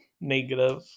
negative